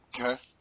Okay